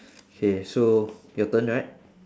K so your turn right